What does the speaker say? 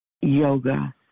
yoga